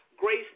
Grace